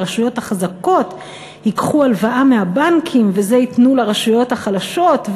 הרשויות החזקות ייקחו הלוואה מהבנקים וייתנו לרשויות החלשות,